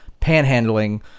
panhandling